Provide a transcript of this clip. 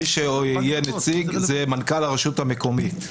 מי שיהיה נציג זה מנכ"ל הרשות המקומית.